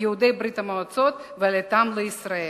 יהודי ברית-המועצות ולעלייתם לישראל.